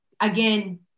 again